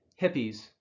hippies